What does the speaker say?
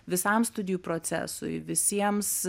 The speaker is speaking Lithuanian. visam studijų procesui visiems